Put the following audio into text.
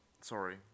Sorry